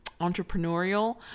entrepreneurial